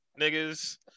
niggas